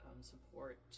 support